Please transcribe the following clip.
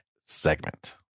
segment